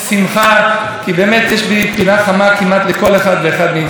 חברים, היום ו' בחשוון,